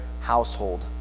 household